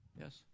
Yes